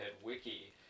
wiki